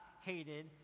hated